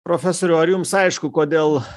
profesoriau ar jums aišku kodėl